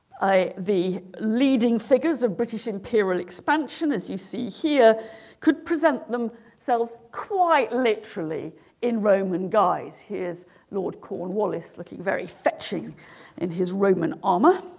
i the leading figures of british imperial expansion as you see here could present them cells quite literally in roman guys here's lord cornwallis looking very fetching in his roman armor